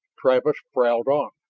travis prowled on.